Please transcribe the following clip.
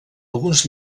alguns